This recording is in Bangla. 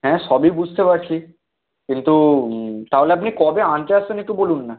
হ্যাঁ সবই বুঝতে পারছি কিন্তু তাহলে আপনি কবে আনতে আসছেন একটু বলুন না